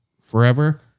forever